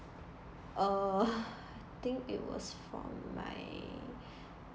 err I think it was from my